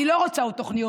אני לא רוצה עוד תוכניות,